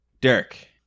Derek